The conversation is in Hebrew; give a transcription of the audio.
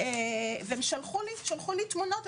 שלחו לי תמונות,